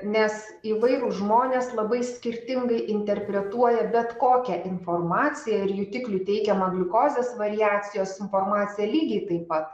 nes įvairūs žmonės labai skirtingai interpretuoja bet kokią informaciją ir jutiklių teigiamą gliukozės variacijos informaciją lygiai taip pat